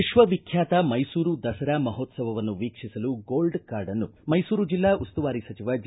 ವಿಕ್ವ ವಿಖ್ಯಾತ ಮೈಸೂರು ದಸರಾ ಮಹೋತ್ಲವವನ್ನು ವೀಕ್ಷಿಸಲು ಗೋಲ್ಡ್ ಕಾರ್ಡನ್ನು ಮೈಸೂರು ಜಿಲ್ಲಾ ಉಸ್ತುವಾರಿ ಸಚಿವ ಜಿ